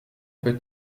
peut